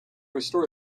restore